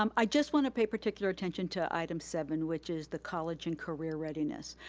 um i just wanna pay particular attention to item seven, which is the college and career readiness.